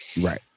Right